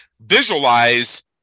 visualize